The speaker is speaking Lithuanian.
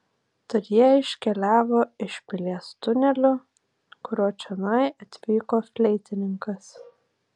tad jie iškeliavo iš pilies tuneliu kuriuo čionai atvyko fleitininkas